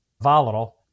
volatile